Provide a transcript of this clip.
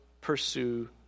pursue